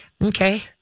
Okay